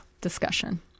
discussion